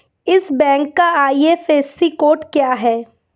इस बैंक का IFSC code क्या है?